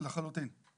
לחלוטין.